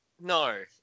No